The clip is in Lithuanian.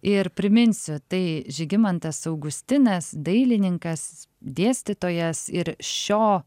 ir priminsiu tai žygimantas augustinas dailininkas dėstytojas ir šio